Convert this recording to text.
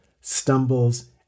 stumbles